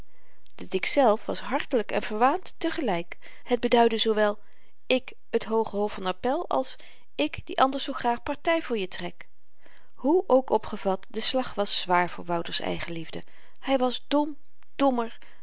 dit ikzelf was hartelyk en verwaand te gelyk het beduidde zoowel ik t hooge hof van appèl als ik die anders zoo graag party voor je trek hoe ook opgevat de slag was zwaar voor wouter's eigenliefde hy was dom dommer